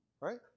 right